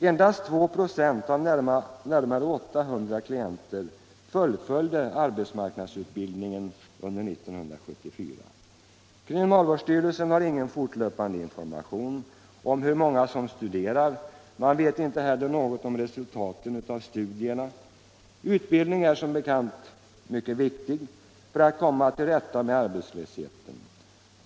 Endast 2 96 av närmare 800 klienter fullföljde arbetsmarknadsutbildningen under 1974. Kriminalvårdsstyrelsen har ingen fortlöpande information om hur många som studerar, man vet inte heller något om resultatet av studierna. Utbildning är som bekant mycket viktig för att komma till rätta med arbetslösheten.